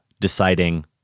deciding